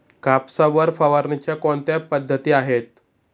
कापसावर फवारणीच्या कोणत्या पद्धती आहेत?